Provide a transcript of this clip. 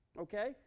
Okay